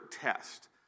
test